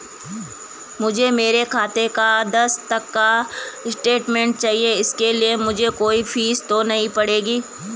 मुझे मेरे खाते का दस तक का स्टेटमेंट चाहिए इसके लिए मुझे कोई फीस तो नहीं पड़ेगी?